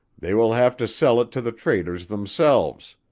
they will have to sell it to the traders themselves,